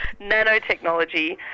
Nanotechnology